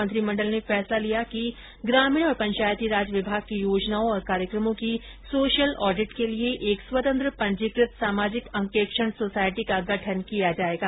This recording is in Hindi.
मंत्रिमंडल ने निर्णय किया कि ग्रामीण और पंचायतीराज विभाग की योजनाओं और कार्यक्रमों की सोशल ऑडिट के लिए एक स्वतंत्र पंजीकृत सामाजिक अंकेक्षण सोसायटी का गठन किया जाएगा